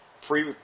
free